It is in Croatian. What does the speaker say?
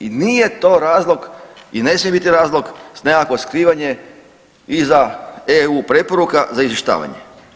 I nije to razlog i ne smije biti razlog nekakvo skrivanje iza eu preporuka za izvještavanje.